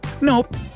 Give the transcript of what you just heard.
Nope